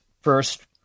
first